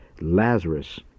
Lazarus